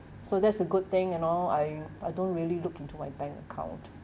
so that's a good thing you know I I don't really look into my bank account